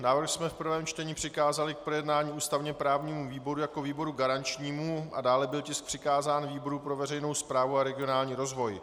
Návrh jsme v prvém čtení přikázali k projednání ústavněprávnímu výboru jako výboru garančnímu a dále byl tisk přikázán výboru pro veřejnou správu a regionální rozvoj.